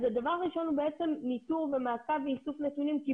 הדבר הראשון הוא ניטור ומעקב ואיסוף נתונים כי